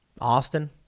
Austin